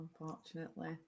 unfortunately